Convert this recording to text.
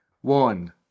one